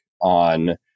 on